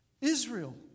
Israel